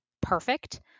perfect